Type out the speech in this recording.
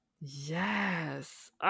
Yes